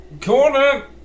corner